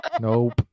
Nope